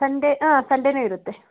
Sunday ಹಾಂ ಸಂಡೇನು ಇರುತ್ತೆ